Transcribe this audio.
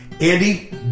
Andy